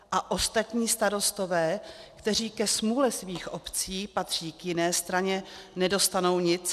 A ostatní starostové, kteří ke smůle svých obcí patří k jiné straně, nedostanou nic?